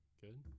good